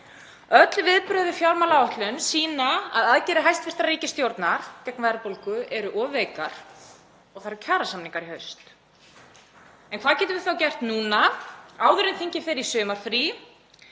Öll viðbrögð við fjármálaáætlun sýna að aðgerðir hæstv. ríkisstjórnar gegn verðbólgu eru of veikar og það eru kjarasamningar í haust. En hvað getum við þá gert núna áður en þingið fer í sumarfrí?